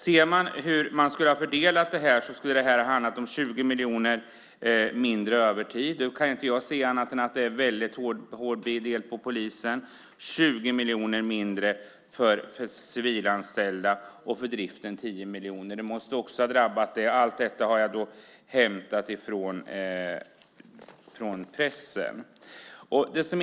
Fördelningen av detta innebär 20 miljoner mindre till övertid, och jag kan inte se annat än att det slår väldigt hårt mot polisen, 20 miljoner till civilanställda och 10 miljoner mindre för driften. Detta har jag hämtat från pressen.